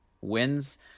wins